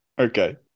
Okay